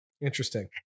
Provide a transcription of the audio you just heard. Interesting